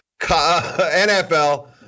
NFL